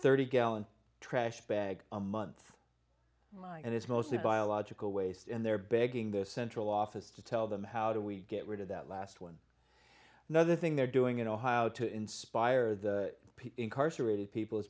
thirty gallon trash bag a month and it's mostly biological waste and they're begging the central office to tell them how do we get rid of that last one another thing they're doing in ohio to inspire the incarcerated people